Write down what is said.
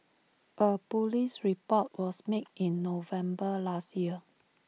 A Police report was made in November last year